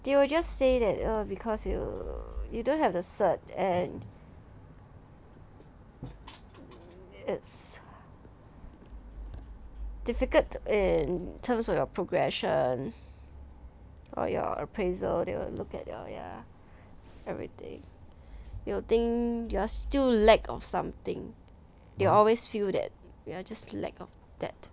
they will just say that err because you you don't have the cert and it's difficult in terms of your progression or your appraisal they will look at your ya everything they'll think you are still lack of something they always feel that you are just lack of that